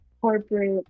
corporate